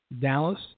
Dallas